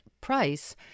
price